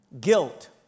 Guilt